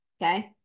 okay